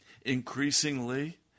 Increasingly